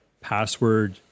password